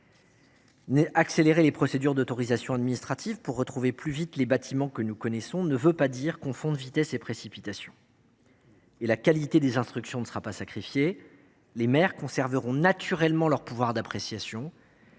accélérer les procédures d’autorisation administrative pour retrouver plus vite les bâtiments que nous connaissons ne veut pas dire confondre vitesse et précipitation. La qualité des instructions ne sera pas sacrifiée. Les maires conserveront naturellement leur pouvoir d’appréciation.